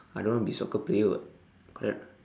I don't want to be soccer player [what] correct or not